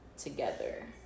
together